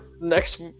next